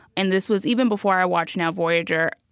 and this was even before i watched now, voyager.